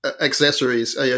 accessories